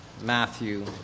Matthew